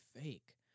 fake